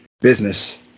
business